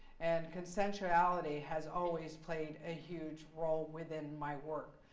and consentuality. has always played a huge role within my work.